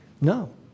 No